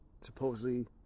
Supposedly